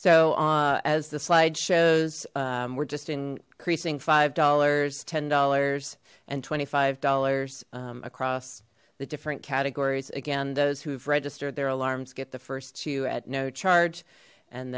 so as the slide shows we're just increasing five dollars ten dollars and twenty five dollars across the different categories again those who have registered their alarms get the first two at no charge and